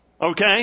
Okay